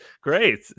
Great